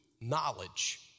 knowledge